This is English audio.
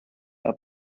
are